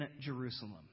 Jerusalem